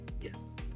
yes